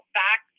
back